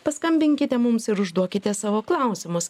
paskambinkite mums ir užduokite savo klausimus